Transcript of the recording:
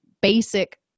basic